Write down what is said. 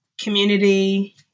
community